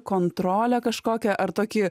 kontrolę kažkokią ar tokį